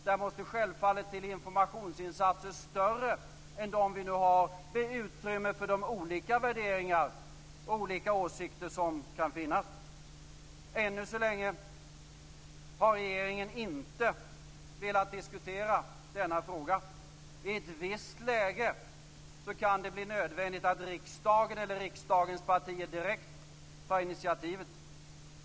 Där måste det självfallet till informationsinsatser som är större än dem som vi nu har, med utrymme för de olika värderingar och olika åsikter som kan finnas. Ännu så länge har regeringen inte velat diskutera denna fråga. I ett visst läge kan det bli nödvändigt att riksdagen eller riksdagens partier direkt tar initiativet.